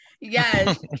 Yes